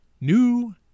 new